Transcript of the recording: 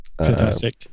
Fantastic